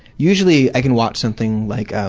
usually i can watch something like, oh,